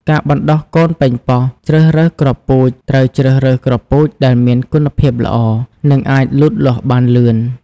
ការបណ្ដុះកូនប៉េងប៉ោះជ្រើសរើសគ្រាប់ពូជ ត្រូវជ្រើសរើសគ្រាប់ពូជដែលមានគុណភាពល្អ និងអាចលូតលាស់បានលឿន។